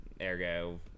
ergo